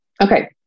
Okay